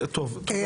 אני